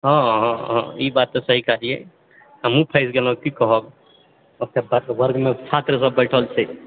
हँ हँ हँ ई बात तऽ सही कहलिऐ हमहुँ फँसि गेलहुँ की कहब ओतए दश वर्गमे छात्र बैठल छै